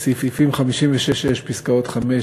סעיפים 56 פסקאות (5),